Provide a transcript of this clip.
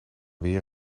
weer